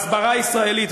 ההסברה הישראלית,